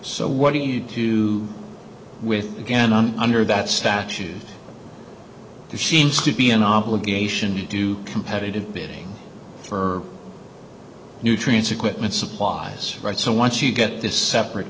so what do you do with again on under that statute there seems to be an obligation to do competitive bidding for nutrients equipment supplies right so once you get this separate